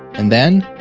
and then?